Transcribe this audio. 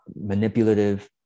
Manipulative